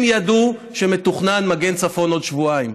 הם ידעו שמתוכנן מגן צפוני עוד שבועיים,